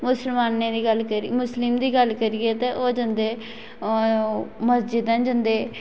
मुसलमाने दी गल्ल करिये मुस्लिम दी गल्ल करिये ते ओह् जंदे मस्जिदें जंदे